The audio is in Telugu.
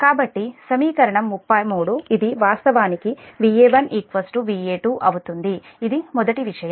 కాబట్టి సమీకరణం 33 ఇది వాస్తవానికి Va1 Va2 ఇది మొదటి విషయం